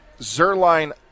Zerline